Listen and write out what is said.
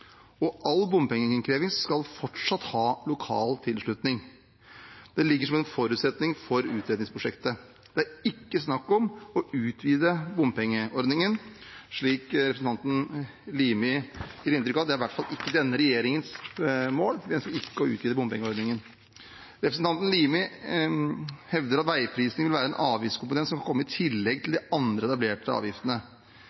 og all bompengeinnkreving skal fortsatt ha lokal tilslutning. Det ligger som en forutsetning for utredningsprosjektet. Det er ikke snakk om å utvide bompengeordningen, slik representanten Limi gir inntrykk av. Det er i hvert fall ikke denne regjeringens mål. Vi ønsker ikke å utvide bompengeordningen. Representanten Limi hevder at veiprising vil være en avgiftskomponent som vil komme i tillegg til